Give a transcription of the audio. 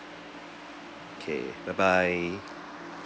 okay bye bye